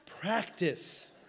practice